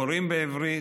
קוראים בעברית,